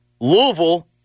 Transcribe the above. Louisville